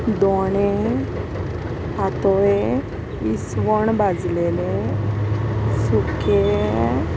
दोणे पातोळे इस्वण भाजलेले सुकें